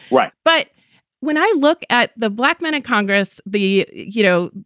right. but when i look at the black men in congress, the you know,